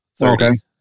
Okay